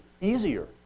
easier